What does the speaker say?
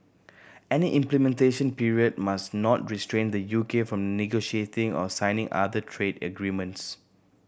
any implementation period must not restrain the U K from negotiating or signing other trade agreements